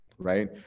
Right